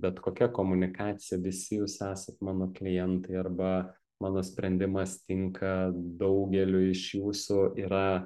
bet kokia komunikacija visi jūs esat mano klientai arba mano sprendimas tinka daugeliui iš jūsų yra